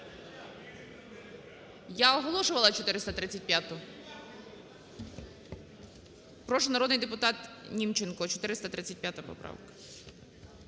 Я оголошувала - 435. Прошу, народний депутатНімченко, 435 поправка.